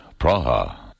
Praha